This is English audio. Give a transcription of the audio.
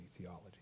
theology